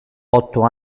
otto